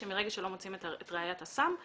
ברגע שלא מוצאים את ראיית הסם,